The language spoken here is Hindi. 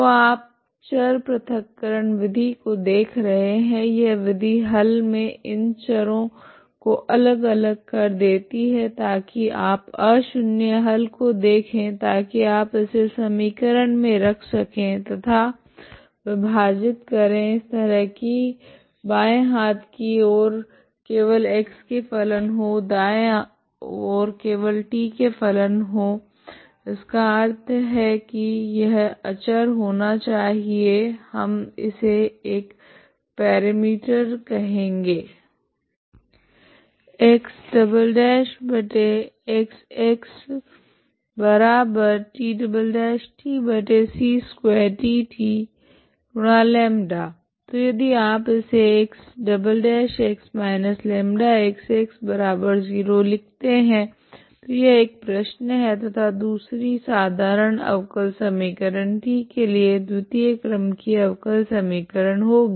तो आप चर प्रथक्करण विधि को देख रहे है यह विधि हल मे इन चरो को अलग अलग कर देती है ताकि आप अशून्य हल को देखे ताकि आप इसे समीकरण मे रख सके तथा विभाजित करे इस तरह की बाँये हाथ की ओर केवल x के फलन हो दाई ओर केवल t के फलन हो इसका अर्थ है की यह अचर होना चाहिए हम इसे एक पेरमीटर कहेगे तो यदि आप इसे X −λX 0 लिखते है तो यह एक प्रश्न है तथा दूसरी साधारण अवकल समीकरण T के लिए द्वितीय क्रम की अवकल समीकरण होगी